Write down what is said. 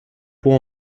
pont